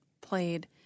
played